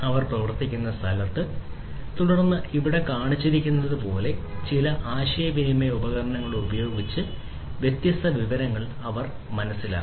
അവർ പ്രവർത്തിക്കുന്ന സ്ഥലത്ത് തുടർന്ന് ഇവിടെ കാണിച്ചിരിക്കുന്നതുപോലുള്ള ചില ആശയവിനിമയ ഉപകരണങ്ങൾ ഉപയോഗിച്ച് വ്യത്യസ്ത വിവരങ്ങൾ അവർ മനസ്സിലാക്കും